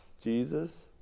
Jesus